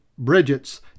Bridget's